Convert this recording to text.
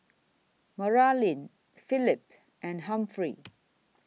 Maralyn Phillip and Humphrey